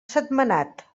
sentmenat